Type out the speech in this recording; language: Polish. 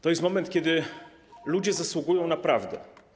To jest moment, kiedy ludzie zasługują na prawdę.